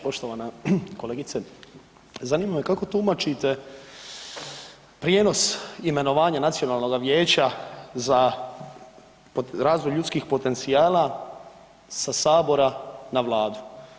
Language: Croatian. Poštovana kolegice, zanima me kako tumačite prijenos imenovanja Nacionalnoga vijeća za razvoj ljudskih potencijala sa sabora na Vladu.